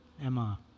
Emma